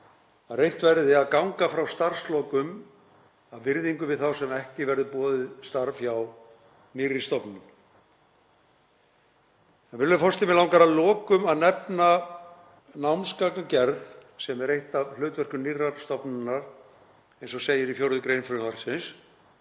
að reynt verði að ganga frá starfslokum af virðingu við þá sem ekki verður boðið starf hjá nýrri stofnun. Virðulegur forseti. Mig langar að lokum að nefna námsgagnagerð, sem er eitt af hlutverkum nýrrar stofnunar, eins og segir í 4. gr. frumvarpsins.